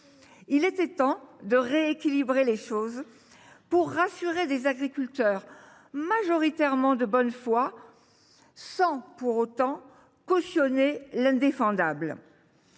Il était temps de rééquilibrer les choses pour rassurer des agriculteurs majoritairement de bonne foi, sans pour autant cautionner l’indéfendable.